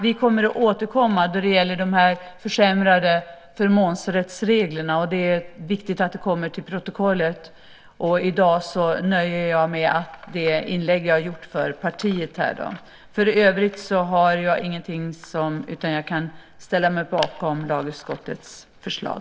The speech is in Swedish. Vi kommer att återkomma när det gäller de försämrade förmånsrättsreglerna, och det är viktigt att det kommer till protokollet. I dag nöjer jag mig med det inlägg som jag har gjort för partiet. För övrigt har jag ingenting att tillägga, utan jag kan ställa mig bakom lagutskottets förslag.